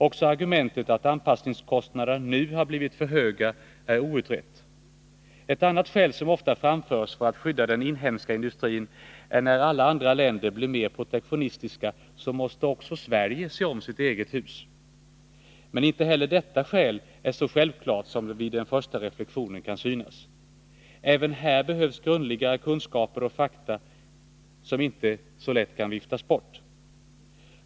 Också argumentet att anpassningskostnaderna nu har blivit för höga är outrett. Ett annat skäl som ofta framförs för att skydda den inhemska industrin är att också Sverige måste se om sitt eget hus när alla andra länder blir mer protektionistiska. Men inte heller detta skäl är så självklart som det vid den första reflexionen kan synas. Även här behövs grundliga kunskaper och fakta som inte så lätt kan viftas bort.